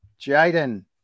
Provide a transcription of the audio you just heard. Jaden